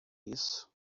isso